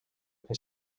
fer